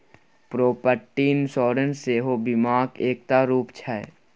property insurance सेहो बीमाक एकटा रुप छै